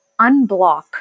unblock